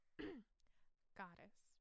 Goddess